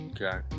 Okay